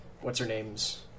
What's-her-name's